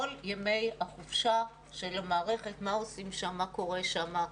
ימי החופשה של המערכת מה עושים שם ומה קורה שם.